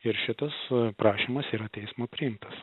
ir šitas prašymas yra teismo priimtas